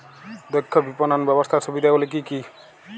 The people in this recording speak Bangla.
দক্ষ বিপণন ব্যবস্থার সুবিধাগুলি কি কি?